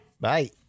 Bye